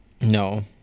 no